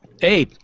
Hey